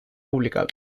publicado